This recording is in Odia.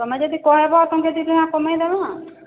ତୁମେ ଯଦି କହିବ ଟଙ୍କେ ଦୁଇ ଟଙ୍କା କମାଇ ଦେମା